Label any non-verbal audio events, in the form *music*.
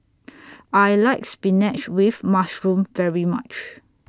*noise* I like Spinach with Mushroom very much